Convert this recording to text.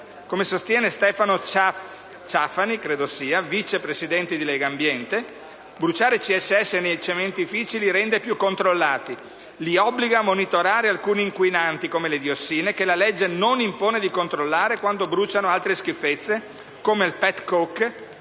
Come sostiene Stefano Ciafani, vice presidente di Legambiente, «bruciare CSS nei cementifici li rende più controllati. Li obbliga a monitorare alcuni inquinanti - come le diossine - che la legge non impone di controllare quando bruciano altre schifezze come il *petcoke»*